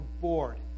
bored